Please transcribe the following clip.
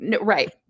right